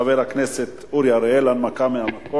אין נמנעים.